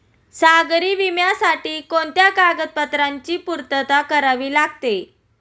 सागरी विम्यासाठी कोणत्या कागदपत्रांची पूर्तता करावी लागते?